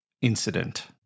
incident